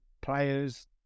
players